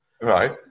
right